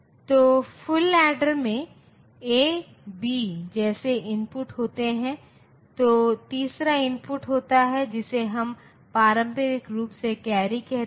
तो full adder में A B जैसे इनपुट होते हैं एक तीसरा इनपुट होता है जिसे हम पारंपरिक रूप से कैरी कहते हैं